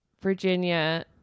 Virginia